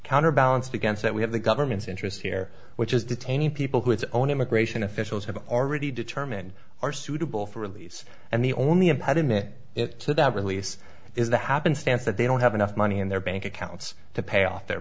counterbalanced against that we have the government's interest here which is detaining people who its own immigration officials have already determined are suitable for release and the only impediment to that release is the happenstance that they don't have enough money in their bank accounts to pay off their